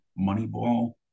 Moneyball